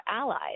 allies